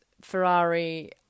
Ferrari